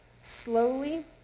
slowly